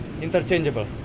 interchangeable